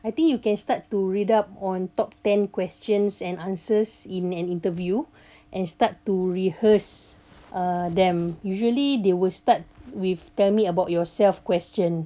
I think you can start to read up on top ten questions and answers in an interview and start to rehearse uh them usually they will start with tell me about yourself question